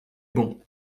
bon